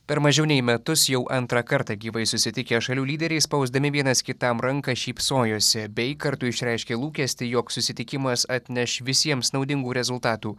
per mažiau nei metus jau antrą kartą gyvai susitikę šalių lyderiai spausdami vienas kitam ranką šypsojosi bei kartu išreiškė lūkestį jog susitikimas atneš visiems naudingų rezultatų